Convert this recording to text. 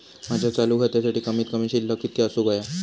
माझ्या चालू खात्यासाठी कमित कमी शिल्लक कितक्या असूक होया?